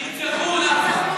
נרצחו, נחמן.